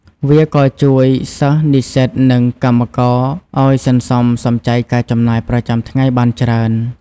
វាក៏ជួយសិស្ស និស្សិត និងកម្មករឱ្យសន្សំសំចៃការចំណាយប្រចាំថ្ងៃបានច្រើន។